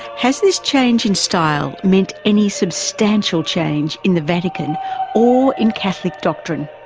has this change in style meant any substantial change in the vatican or in catholic doctrine?